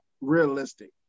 realistic